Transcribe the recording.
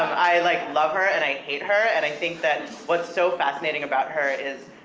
i like love her, and i hate her, and i think that what's so fascinating about her is,